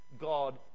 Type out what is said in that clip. God